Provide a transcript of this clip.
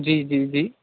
جی جی جی